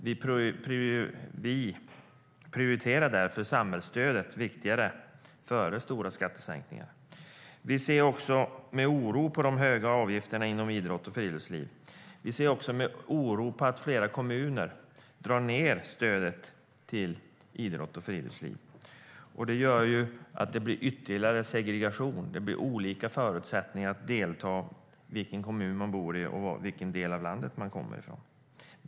Vi prioriterar därför samhällsstödet framför stora skattesänkningar. Vi ser med oro på de höga avgifterna inom idrott och friluftsliv. Vi ser också med oro på att flera kommuner drar ned på stödet till idrott och friluftsliv. Det leder till ytterligare segregation. Det blir olika förutsättningar för att delta beroende på vilken kommun man bor i och vilken del av landet man kommer från.